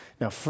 Now